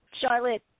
Charlotte